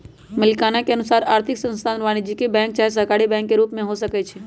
मलिकाना के अनुसार आर्थिक संस्थान वाणिज्यिक बैंक चाहे सहकारी बैंक के रूप में हो सकइ छै